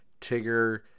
Tigger